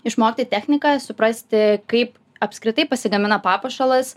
išmokti techniką suprasti kaip apskritai pasigamina papuošalas